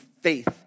faith